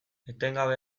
etengabe